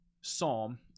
psalm